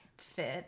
fit